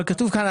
אבל כתוב כאן,